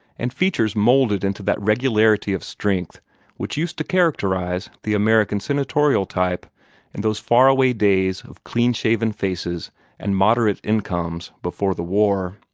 and features moulded into that regularity of strength which used to characterize the american senatorial type in those far-away days of clean-shaven faces and moderate incomes before the war.